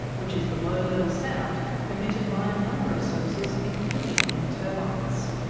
which is the low-level sound emitted by a number of sources including wind turbines.